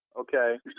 Okay